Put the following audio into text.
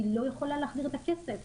היא לא יכולה להחזיר את הכסף.